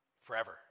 Forever